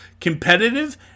competitive